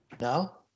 No